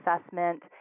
assessment